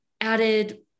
added